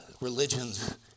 religions